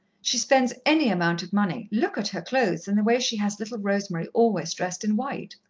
she spends any amount of money look at her clothes, and the way she has little rosemary always dressed in white.